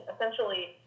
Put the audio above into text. essentially